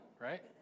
right